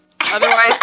Otherwise